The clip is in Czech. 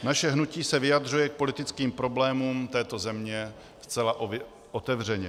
Naše hnutí se vyjadřuje k politickým problémům této země zcela otevřeně.